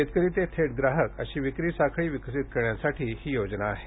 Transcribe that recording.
शेतकरी ते थेट ग्राहक अशी विक्री साखळी विकसित करण्यासाठी ही योजना आहे